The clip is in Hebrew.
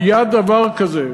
היה דבר כזה,